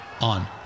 on